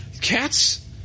Cats